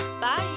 bye